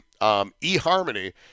eHarmony